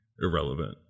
irrelevant